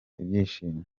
ibyishimo